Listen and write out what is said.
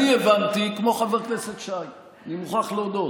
אני הבנתי כמו חבר הכנסת שי, אני מוכרח להודות.